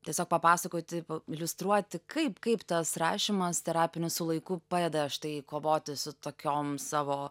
tiesiog papasakoti iliustruoti kaip kaip tas rašymas terapinis su laiku padeda štai kovoti su tokiom savo